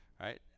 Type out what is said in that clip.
right